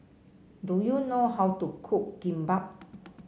do you know how to cook Kimbap